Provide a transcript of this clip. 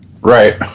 Right